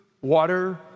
water